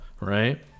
Right